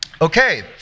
Okay